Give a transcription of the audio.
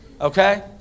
Okay